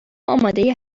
آماده